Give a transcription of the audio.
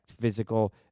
physical